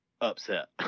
upset